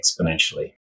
exponentially